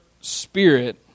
spirit